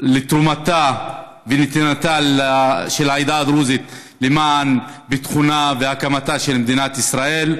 לתרומתה ולנתינתה של העדה הדרוזית למען ביטחונה והקמתה של מדינת ישראל.